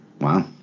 Wow